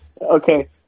Okay